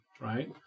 right